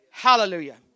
Hallelujah